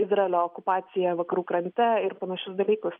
izraelio okupaciją vakarų krante ir panašius dalykus